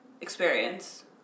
experience